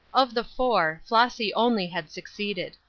of the four, flossy only had succeeded.